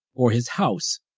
or his house,